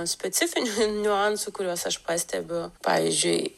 specifinių niuansų kuriuos aš pastebiu pavyzdžiui